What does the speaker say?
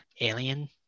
Alien